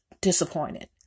disappointed